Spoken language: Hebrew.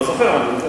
לא זוכר אבל יודע.